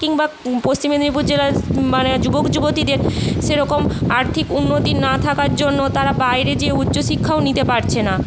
কিংবা পশ্চিম মেদিনীপুর জেলার মানে যুবক যুবতীদের সেরকম আর্থিক উন্নতি না থাকার জন্য তারা বাইরে যেয়ে উচ্চশিক্ষাও নিতে পারছে না